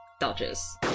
dodges